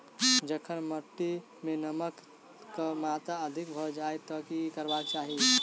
जखन माटि मे नमक कऽ मात्रा अधिक भऽ जाय तऽ की करबाक चाहि?